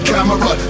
Camera